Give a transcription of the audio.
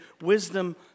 wisdom